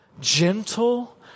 gentle